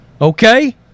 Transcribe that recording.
Okay